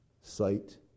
sight